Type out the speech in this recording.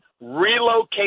relocate